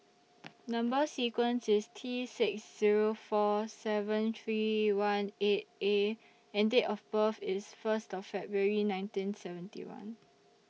Number sequence IS T six Zero four seven three one eight A and Date of birth IS First February nineteen seventy one